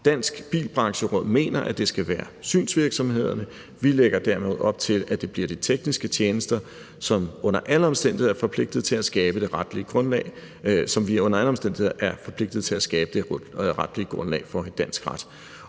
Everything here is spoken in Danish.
Dansk Bilbrancheråd mener, at det skal være synsvirksomhederne. Vi lægger dermed op til, at det bliver de tekniske tjenester, som vi under alle omstændigheder er forpligtet til at skabe det retlige grundlag for i dansk ret.